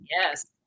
Yes